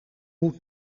moet